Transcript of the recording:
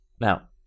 Now